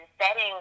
setting